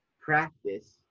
practice